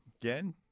again